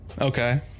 Okay